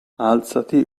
alzati